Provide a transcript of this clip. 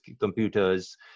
computers